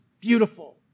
Beautiful